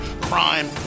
crime